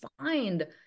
find